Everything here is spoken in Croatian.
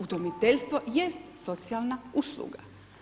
Udomiteljstvo jest socijalna usluga.